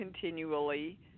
continually